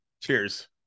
Cheers